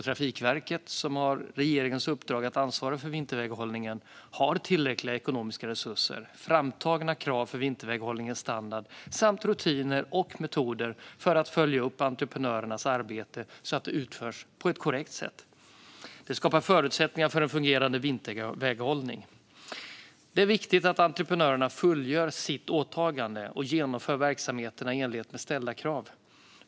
Trafikverket, som har regeringens uppdrag att ansvara för vinterväghållningen, har tillräckliga ekonomiska resurser, framtagna krav för vinterväghållningens standard samt rutiner och metoder för att följa upp entreprenörernas arbete så att det utförs på ett korrekt sätt. Det skapar förutsättningar för en fungerande vinterväghållning. Det är viktigt att entreprenörerna fullgör sitt åtagande och genomför verksamheten i enlighet med ställda krav.